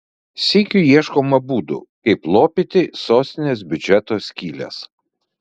sykiu ieškoma būdų kaip lopyti sostinės biudžeto skyles